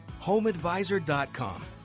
homeadvisor.com